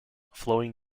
flowing